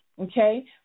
Okay